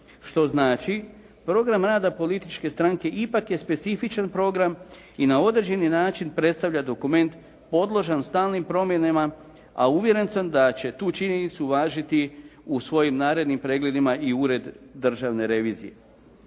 što znači program rada političke stranke ipak je specifičan program i na određeni način predstavlja dokument podložan stalnim promjenama, a uvjeren sam da će tu činjenicu uvažiti u svojim narednim pregledima i Ured državne revizije.